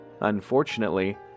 Unfortunately